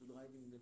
Driving